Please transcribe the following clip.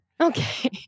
Okay